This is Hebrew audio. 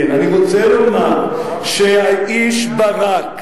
אני רוצה לומר שהאיש ברק,